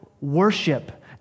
worship